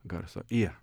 garso ie